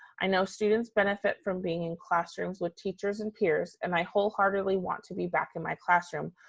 i know students benefit from being in classrooms with teachers and peers and i wholeheartedly want to be back in my classroom,